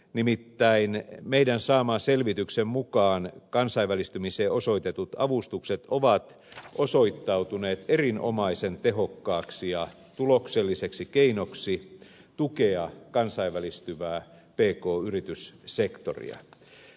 nimittäin meidän saamamme selvityksen mukaan kansainvälistymiseen osoitetut avustukset ovat osoittautuneet erinomaisen tehokkaaksi ja tulokselliseksi keinoksi tukea kansainvälistyvää pk yrityssektoria